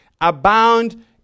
abound